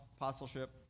apostleship